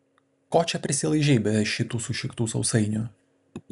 ko čia prisilaižei be šitų sušiktų sausainių